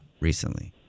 recently